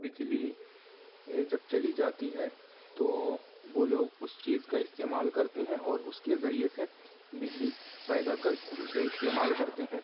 بجلی جب چلی جاتی ہے تو وہ لوگ اس چیز کا استعمال کرتے ہیں اور اس کے ذریعے سے بجلی پیدا کر کے اسے استعمال کرتے ہیں